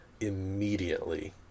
immediately